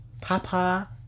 Papa